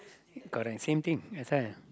correct same thing that's why